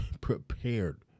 prepared